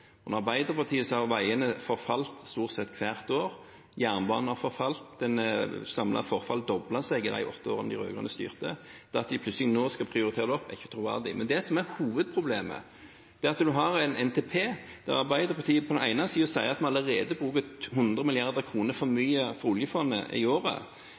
Under Arbeiderpartiet har veiene forfalt stort sett hvert år. Jernbanen har forfalt. Det samlede forfallet doblet seg i de åtte årene de rød-grønne styrte. At de plutselig nå skal prioritere det opp, er ikke troverdig. Men hovedproblemet er at man har en NTP der Arbeiderpartiet på den ene siden sier at vi allerede bruker 100 mrd. kr for mye fra oljefondet i året,